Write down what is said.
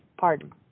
Pardon